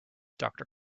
doctor